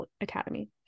academy